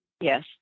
Yes